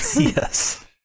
Yes